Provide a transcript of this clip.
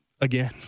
Again